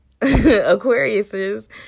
Aquariuses